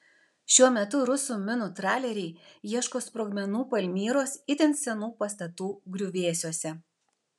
šiuo metu rusų minų traleriai ieško sprogmenų palmyros itin senų pastatų griuvėsiuose